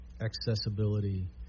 accessibility